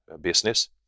business